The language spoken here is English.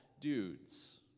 dudes